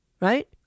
Right